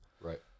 Right